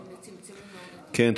כן.